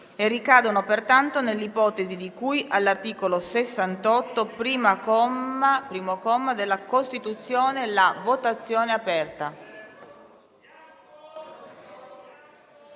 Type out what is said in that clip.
ricadono pertanto nell'ipotesi di cui all'articolo 68, primo comma, della Costituzione. *(Segue la votazione).*